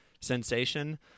sensation